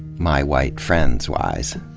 my white friends-wise.